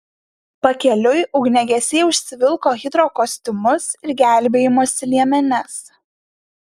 pakeliui ugniagesiai užsivilko hidrokostiumus ir gelbėjimosi liemenes